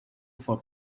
for